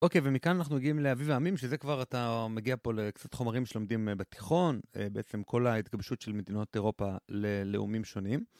אוקיי, ומכאן אנחנו הגיעים לאביב העמים, שזה כבר אתה מגיע פה לקצת חומרים של עומדים בתיכון, בעצם כל ההתגבשות של מדינות אירופה ללאומים שונים.